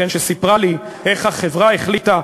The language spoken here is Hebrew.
והיא סיפרה לי איך החברה החליטה,